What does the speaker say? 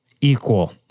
equal